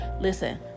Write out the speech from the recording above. listen